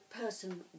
person